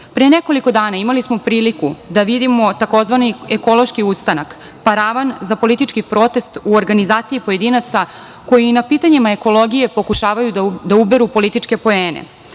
Pre nekoliko dana, imali smo priliku da vidimo tzv. Ekološki ustanak, paravan za politički protest u organizaciji pojedinaca, koji na pitanjima ekologije pokušavaju da uberu političke poene.